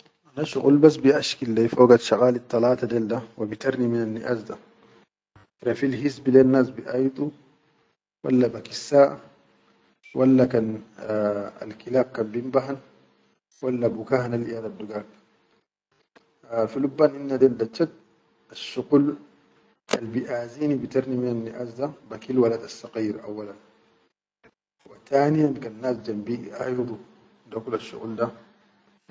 Ana shuqul bas bi ashkil leyi fogal shaqalid talata del da wa bi tarni min niʼas da rafil his bilen nas biʼayadu walla bakit saʼa walla kan al kilab binbahan walla buka hanal iyal dugag. Fullubal hine dol da chat shuqul al biʼazini al bi tarni minna niʼas da bakil al walad sakayyir auwalan, wa taniyan kan nas jambi biʼayudu da kula shuqul da.